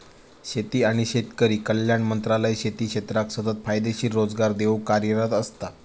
शेती आणि शेतकरी कल्याण मंत्रालय शेती क्षेत्राक सतत फायदेशीर रोजगार देऊक कार्यरत असता